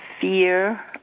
fear